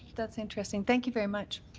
that's interesting. thank you very much.